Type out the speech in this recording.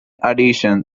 addition